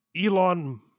Elon